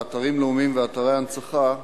אתרים לאומיים ואתרי הנצחה.